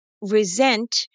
resent